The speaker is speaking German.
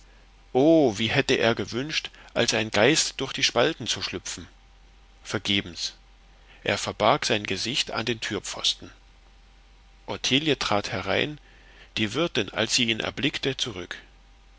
wie hätte er gewünscht als ein geist durch die spalten zu schlüpfen vergebens er verbarg sein gesicht an den türpfosten ottilie trat herein die wirtin als sie ihn erblickte zurück